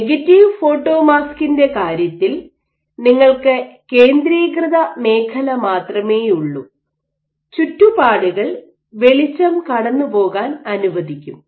negative ഫോട്ടോമാസ്കിന്റെ കാര്യത്തിൽ നിങ്ങൾക്ക് കേന്ദ്രീകൃത മേഖല മാത്രമേയുള്ളൂ ചുറ്റുപാടുകൾ വെളിച്ചം കടന്നുപോകാൻ അനുവദിക്കും